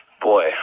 Boy